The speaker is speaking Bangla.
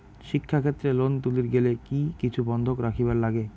শিক্ষাক্ষেত্রে লোন তুলির গেলে কি কিছু বন্ধক রাখিবার লাগে?